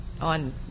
On